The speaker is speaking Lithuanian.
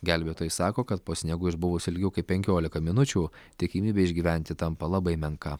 gelbėtojai sako kad po sniegu išbuvus ilgiau kaip penkiolika minučių tikimybė išgyventi tampa labai menka